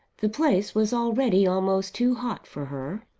the place was already almost too hot for her.